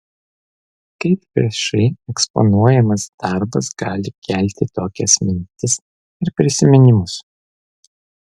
kaip viešai eksponuojamas darbas gali kelti tokias mintis ir prisiminimus